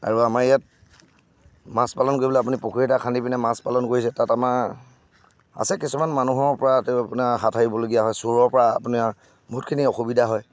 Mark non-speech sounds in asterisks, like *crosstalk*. আৰু আমাৰ ইয়াত মাছ পালন কৰিবলৈ আপুনি পুখুৰী এটা খান্দি পিনে মাছ পালন কৰিছে তাত আমাৰ আছে কিছুমান মানুহৰ পৰা *unintelligible* আপোনাৰ হাত সাৰিবলগীয়া হয় চোৰৰ পৰা আপোনাৰ বহুতখিনি অসুবিধা হয়